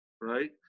right